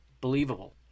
Believable